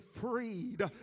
freed